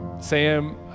Sam